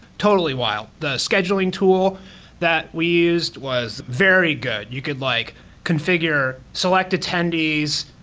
totally wild. the scheduling tool that we used was very good. you could like configure, select attendees,